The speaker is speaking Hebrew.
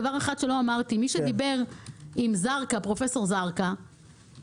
דבר אחד שלא אמרתי: מי שדיבר עם פרופ' זרקא,